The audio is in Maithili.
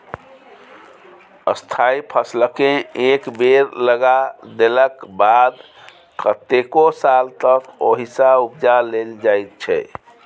स्थायी फसलकेँ एक बेर लगा देलाक बाद कतेको साल तक ओहिसँ उपजा लेल जाइ छै